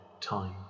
time